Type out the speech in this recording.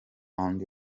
hand